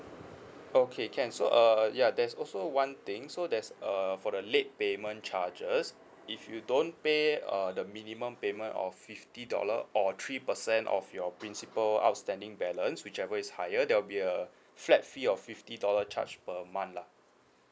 okay can so err ya there's also one thing so there's a for the late payment charges if you don't pay uh the minimum payment or fifty dollar or three percent of your principal outstanding balance whichever is higher there will be a flat fee of fifty dollar charge per month lah